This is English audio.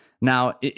Now